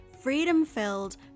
freedom-filled